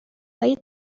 های